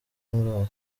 ndwara